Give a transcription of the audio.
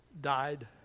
died